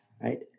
right